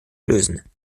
lösen